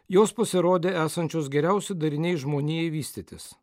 jos pasirodė esančios geriausi dariniai žmonijai vystytis